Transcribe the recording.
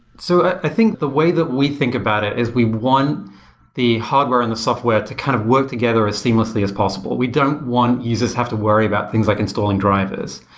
so i think the way that we think about is we want the hardware and the software to kind of work together as seamlessly as possible. we don't want users have to worry about things like installing drivers.